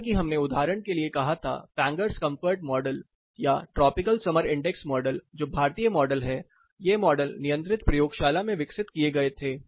जैसा कि हमने उदाहरण के लिए कहा था फैंगर्स कम्फर्ट मॉडल या ट्रॉपिकल समर इंडेक्स मॉडल जो भारतीय मॉडल है ये मॉडल नियंत्रित प्रयोगशाला में विकसित किए गए थे